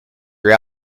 your